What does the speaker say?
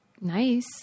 nice